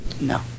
No